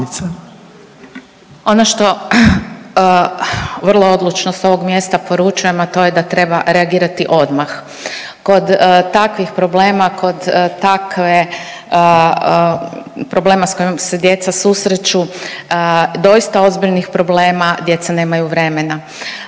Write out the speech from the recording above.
Ono što vrlo odlučno s ovog mjesta poručujem, a to je da treba reagirati odmah. Kod takvih problema, kod takve, problema s kojim se djeca susreću doista ozbiljnih problema djeca nemaju vremena.